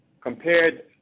Compared